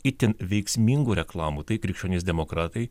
itin veiksmingų reklamų tai krikščionys demokratai